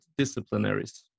disciplinaries